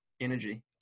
energy